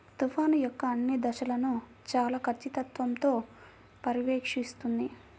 తుఫాను యొక్క అన్ని దశలను చాలా ఖచ్చితత్వంతో పర్యవేక్షిస్తుంది